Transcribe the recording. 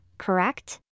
Correct